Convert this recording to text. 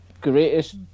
greatest